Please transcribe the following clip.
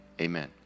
Amen